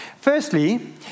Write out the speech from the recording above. Firstly